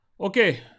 okay